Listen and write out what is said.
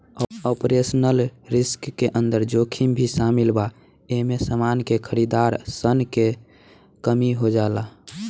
operational risk के अंदर जोखिम भी शामिल बा एमे समान के खरीदार सन के कमी हो जाला